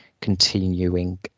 continuing